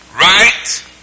right